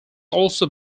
also